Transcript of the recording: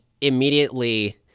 immediately